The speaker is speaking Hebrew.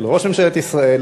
של ראש ממשלת ישראל,